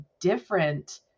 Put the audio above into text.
different